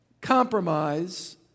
compromise